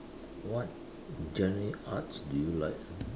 what genre arts do you like